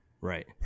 Right